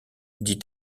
dit